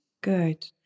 Good